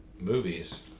movies